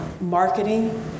marketing